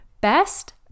best